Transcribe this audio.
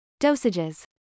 Dosages